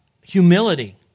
humility